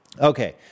Okay